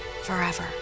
forever